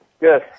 Yes